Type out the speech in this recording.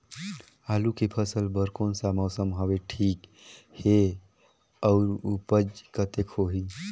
आलू के फसल बर कोन सा मौसम हवे ठीक हे अउर ऊपज कतेक होही?